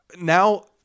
now